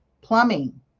Plumbing